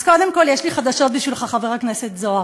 אז קודם כול, יש לי חדשות בשבילך, חבר הכנסת זוהר: